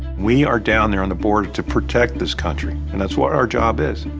we are down there on the border to protect this country. and that's what our job is.